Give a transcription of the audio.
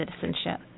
citizenship